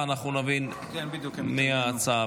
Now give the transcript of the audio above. התשפ"ד